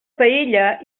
paella